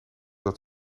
dat